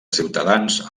ciutadans